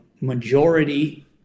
majority